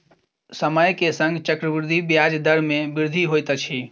समय के संग चक्रवृद्धि ब्याज दर मे वृद्धि होइत अछि